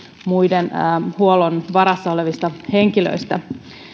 muiden huollon varassa olevista henkilöistä